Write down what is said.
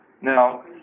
now